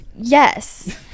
Yes